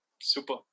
Super